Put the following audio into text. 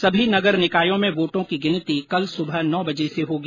सभी नगर निकायों में वोटों की गिनती कल सुबह नौ बजे से होगी